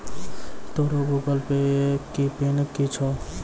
तोरो Google Pay के PIN कि छौं?